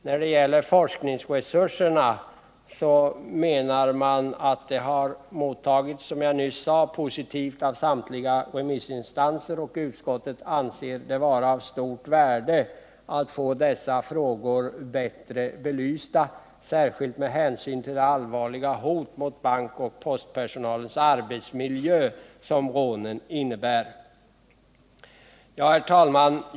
När det gäller forskningsresurserna menar utskottet att förslaget har mottagits positivt av samtliga remissinstanser, och utskottet anser det vara av stort värde att få dessa frågor bättre belysta, särskilt med hänsyn till det allvarliga hot mot bankoch postpersonalens arbetsmiljö som rånen innebär. Herr talman!